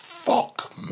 Fuck